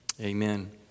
amen